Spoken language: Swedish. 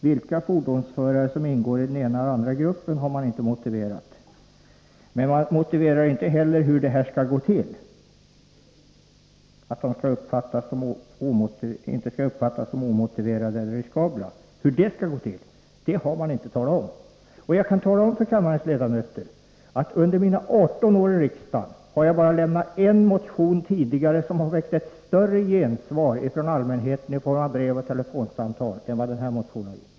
Vilka fordonsförare som ingår i den ena och den andra gruppen har man inte uttalat sig om. Utskottet uttalar sig inte heller om hur man skall få människor att inte uppfatta guppen som omotiverade eller riskabla. Jag kan tala om för kammarens ledamöter att under mina 18 år i riksdagen har jag tidigare bara lämnat en motion som väckt större gensvar från allmänheten i form av brev och telefonsamtal än denna motion.